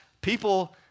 people